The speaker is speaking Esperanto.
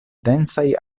densaj